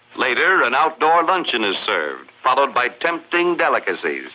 later an outdoor luncheon is served, followed by tempting delicacies.